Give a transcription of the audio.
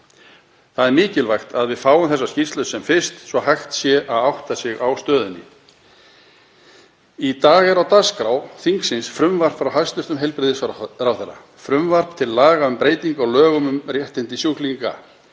Það er mikilvægt að við fáum þessa skýrslu sem fyrst svo hægt sé að átta sig á stöðunni. Í dag er á dagskrá þingsins frumvarp frá hæstv. heilbrigðisráðherra til laga um breytingu á lögum um réttindi sjúklinga.